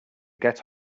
get